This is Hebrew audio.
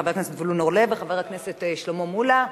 חבר הכנסת זבולון אורלב וחבר הכנסת שלמה מולה.